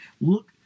look